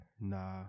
Nah